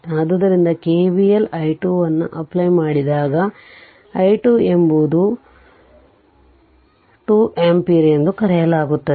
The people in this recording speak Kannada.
ಆದ್ದರಿಂದ KVL i2 ಅನ್ನು ಅಪ್ಲೈ ಮಾಡಿದಾಗ i2 ಎಂಬುದು 2 ಆಂಪಿಯರ್ ಎಂದು ಕರೆಯಲಾಗುತ್ತದೆ